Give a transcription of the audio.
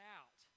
out